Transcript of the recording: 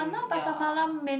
mm ya